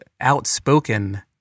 outspoken